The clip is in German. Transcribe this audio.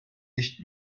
nicht